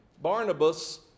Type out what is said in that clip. Barnabas